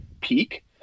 peak